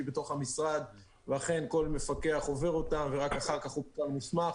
בתוך המשרד ואכן כל מפקח עובר אותה ורק אחר כך הוא מוסמך.